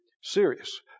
Serious